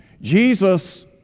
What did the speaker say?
Jesus